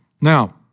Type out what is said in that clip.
Now